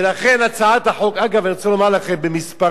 ולכן, הצעת החוק, אגב, אני רוצה לומר לכם במספרים.